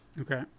Okay